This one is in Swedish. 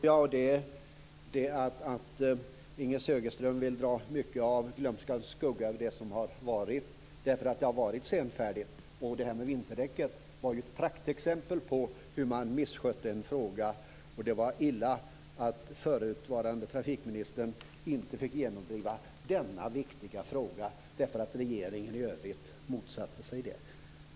Fru talman! Jag förstår att Inger Segelström vill dra en glömskans skugga över det som har varit. Det har varit senfärdigt. Frågan om vinterdäcken är ett praktexempel på hur man misskötte en fråga. Det var illa att förutvarande trafikministern inte fick genomdriva denna viktiga fråga därför att regeringen i övrigt motsatte sig det.